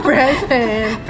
Present